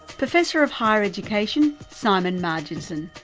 professor of higher education, simon marginson.